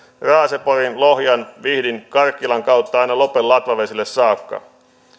raaseporin lohjan vihdin ja karkkilan kautta aina lopen latvavesille saakka